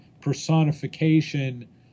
personification